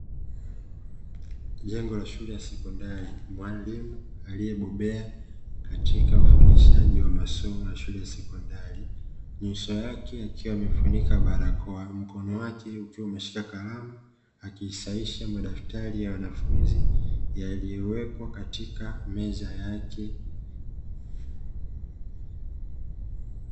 Jengo la shule ya sekondari, mwalimu aliyebobea katika ufundishaji wa masomo ya shule ya sekondari, nyuso yake akiwa amefunika barakoa, mkono wake ukiwa umeshika kalamu akisahihisha madaftari ya wanafunzi, yaliyowekwa katika meza yake.